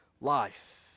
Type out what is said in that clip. life